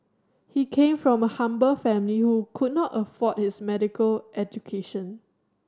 he came from a humble family who could not afford his medical education